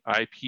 IP